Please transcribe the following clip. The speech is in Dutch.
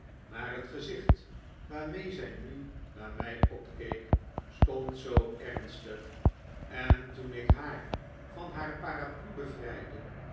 maar het gezicht waarmee zij nu naar mij opkeek stond zoo ernstig en toen ik haar van haar paraplu bevrijdde